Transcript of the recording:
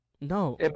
No